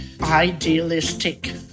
idealistic